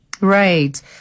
Right